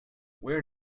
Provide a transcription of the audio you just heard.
where